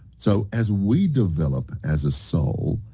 so, as we develop as a soul,